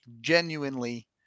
genuinely